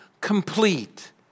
complete